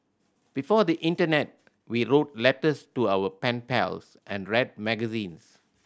before the Internet we wrote letters to our pen pals and read magazines